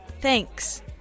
Thanks